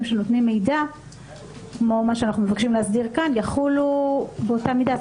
שנותנים מידע כמו מה שאנו מבקשים להסדיר כאן יחולו באותה מידה.